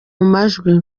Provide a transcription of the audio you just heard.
majwi